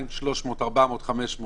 200, 300, 400 מטרים?